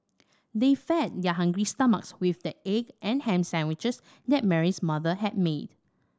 they fed their hungry stomachs with the egg and ham sandwiches that Mary's mother had made